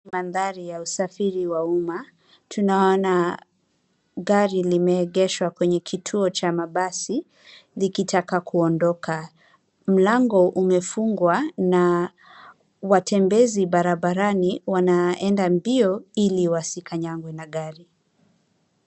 Mandhari ya usafiri ya umma, tunaona gari limeegeshwa kwenye kituo cha mabasi, likitaka kuondoka. Mlango umefungwa na watembezi barabarani wanaenda mbio ili wasikanyagwe na gari.